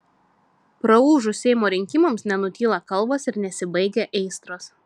praūžus seimo rinkimams nenutyla kalbos ir nesibaigia aistros